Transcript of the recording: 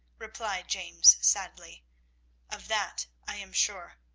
replied james sadly of that i am sure.